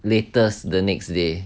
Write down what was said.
latest the next day